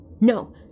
No